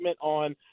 on